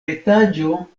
etaĝo